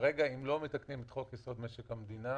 כרגע אם לא מתקנים את חוק-יסוד: משק המדינה,